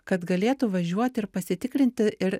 kad galėtų važiuoti ir pasitikrinti ir